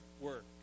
work